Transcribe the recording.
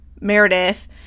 Meredith